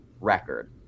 record